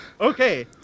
Okay